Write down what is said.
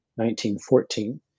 1914